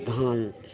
धान